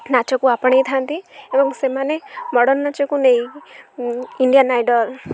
ନାଚକୁ ଆପଣେଇଥାନ୍ତି ଏବଂ ସେମାନେ ମଡ଼ର୍ନ ନାଚକୁ ନେଇ ଇଣ୍ଡିଆନ୍ ଆଇଡ଼ଲ୍